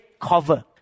cover